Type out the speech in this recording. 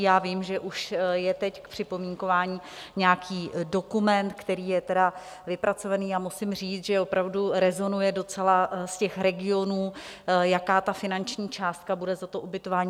Já vím, že už je teď k připomínkování nějaký dokument, který je tedy vypracovaný, a musím říct, že opravdu rezonuje docela z těch regionů, jaká ta finanční částka bude za to ubytování.